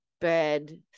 bed